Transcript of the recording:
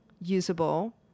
usable